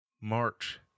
March